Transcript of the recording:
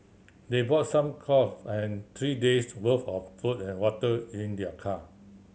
they brought some clothes and three days' worth of food and water in their car